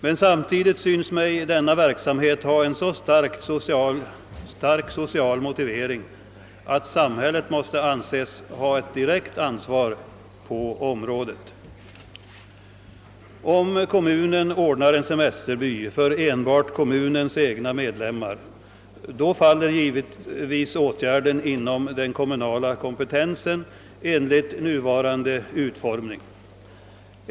Men samtidigt synes mig denna verksamhet ha en så stark social motivering, att samhället måste anses ha ett direkt ansvar på området. Om kommunen ordnar en semesterby för enbart kommunens egna medlemmar, faller åtgärden givetvis inom den kommunala kompetensen enligt dess nuvarande utformning.